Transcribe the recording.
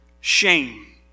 shame